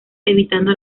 evitando